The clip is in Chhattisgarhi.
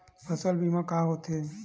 फसल बीमा का होथे?